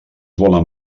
volen